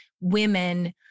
women